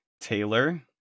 taylor